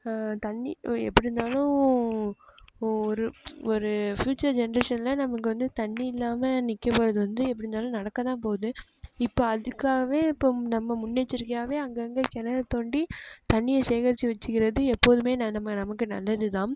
தண்ணி எப்படி இருந்தாலும் ஓ ஒரு ஒரு ஃப்யூச்சர் ஜென்ரேஷனில் நமக்கு வந்து தண்ணி இல்லாமல் நிற்க போவது வந்து எப்படி இருந்தாலும் நடக்க தான் போது இப்போ அதுக்காகவே இப்போ நம்ம முன்னெச்சரிக்கையாகவே அங்கங்கே கிணறு தோண்டி தண்ணியை சேகரித்து வெச்சுக்கிறது எப்போதுமே நான் நம்ம நமக்கு நல்லது தான்